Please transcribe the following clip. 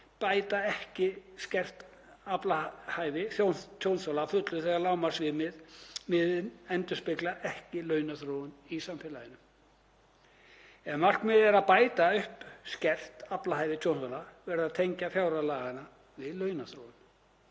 bæta ekki skert aflahæfi tjónþola að fullu þegar lágmarksviðmiðin endurspegla ekki launaþróun í samfélaginu. Ef markmiðið er að bæta upp skert aflahæfi tjónþola verður að tengja fjárhæðir laganna við launaþróun.